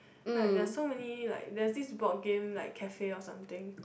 like they are so many like there's this board game like cafe or something